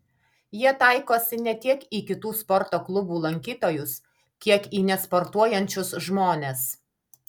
jie taikosi ne tiek į kitų sporto klubų lankytojus kiek į nesportuojančius žmones